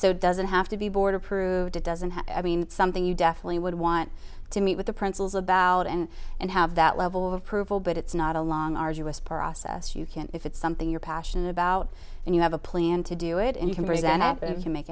it doesn't have to be board approved it doesn't have i mean something you definitely would want to meet with the principals about and and have that level of approval but it's not a long arduous process you can if it's something you're passionate about and you have a plan to do it and you can present happen if you make